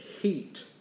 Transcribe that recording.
heat